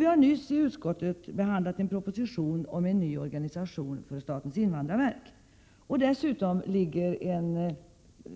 Vi har nyss i utskottet behandlat en proposition om en ny organisation för statens invandrarverk. Dessutom ligger en